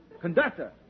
Conductor